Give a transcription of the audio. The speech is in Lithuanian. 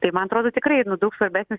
tai man atrodo tikrai daug svarbesnis